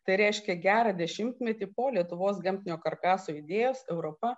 tai reiškia gerą dešimtmetį po lietuvos gamtinio karkaso idėjos europa